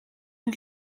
een